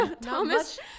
Thomas